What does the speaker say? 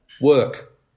work